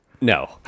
No